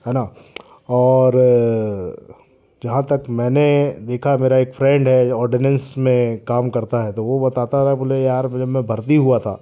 हैना और जहाँ तक मैंने देखा मेरा एक फ्रेंड है ऑडेनेन्स में काम करता है तो बताता रहा बोले यार जब मैं भर्ती हुआ था